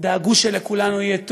דאגו שלכולנו יהיה טוב,